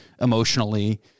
emotionally